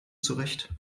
zurecht